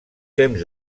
temps